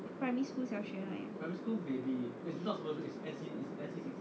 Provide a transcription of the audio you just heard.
primary schools 小学